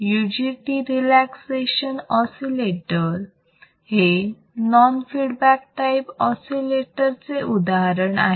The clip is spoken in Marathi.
UJT रिलॅक्सेशन ऑसिलेटर हे नॉन फीडबॅक टाईप ऑसिलेटर चे उदाहरण आहे